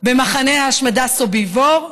במחנה ההשמדה סוביבור,